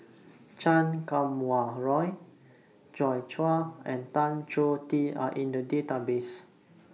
Chan Kum Wah Roy Joi Chua and Tan Choh Tee Are in The Database